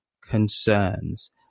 concerns